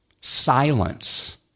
Silence